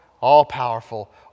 all-powerful